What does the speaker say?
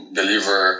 deliver